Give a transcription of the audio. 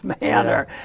manner